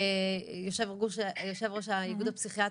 יושב ראש האיגוד הפסיכיאטרי,